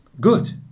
Good